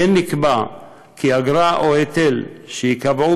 כמו כן נקבע כי אגרה או היטל שייקבעו